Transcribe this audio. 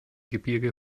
gebirge